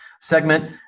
Segment